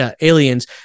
aliens